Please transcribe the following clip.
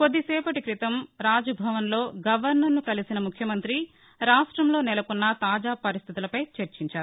కొద్దిసేపటీ క్రితం రాజ్భవన్లో గవర్నర్ ను కలిసిన ముఖ్యమంత్రి రాష్టంలో నెలకొన్న తాజా పరిస్లితులపై చర్చించారు